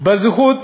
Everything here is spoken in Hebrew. בזכות